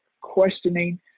questioning